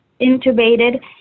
intubated